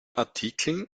artikeln